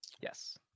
Yes